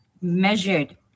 measured